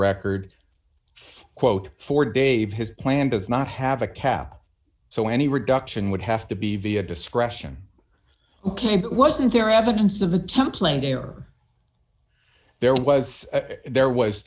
record quote for dave his plan does not have a cap so any reduction would have to be via discretion ok but wasn't there evidence of the top layer there was there was